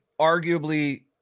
arguably